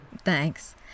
Thanks